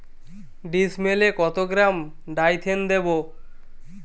ডিস্মেলে কত gram Dithane দেবো?